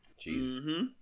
Jesus